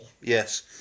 Yes